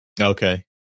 Okay